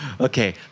Okay